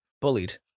bullied